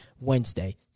Wednesday